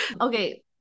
Okay